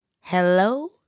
Hello